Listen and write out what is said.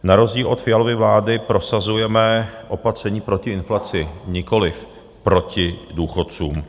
Na rozdíl od Fialovy vlády prosazujeme opatření proti inflaci, nikoliv proti důchodcům.